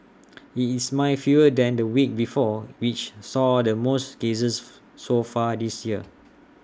IT is nine fewer than the week before which saw the most cases so far this year